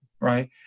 right